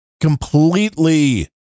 completely